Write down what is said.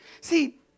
See